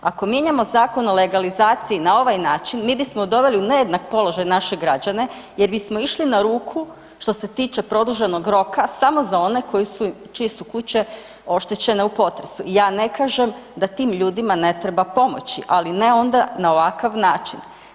Ako mijenjamo Zakon o legalizaciji na ovaj način, mi bismo doveli u nejednak položaj naše građane jer bismo išli na ruku, što se tiče produženog roka samo za one čije su kuće oštećene u potresu i ja ne kažem da tim ljudima ne treba pomoći, ali ne onda na ovakav način.